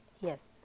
Yes